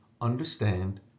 understand